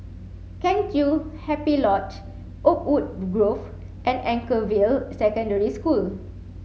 Kheng Chiu Happy Lodge Oakwood Grove and Anchorvale Secondary School